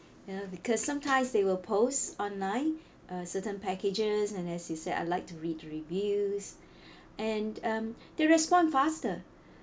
ya because sometimes they will post online uh certain packages and as you said I like to read reviews and um they respond faster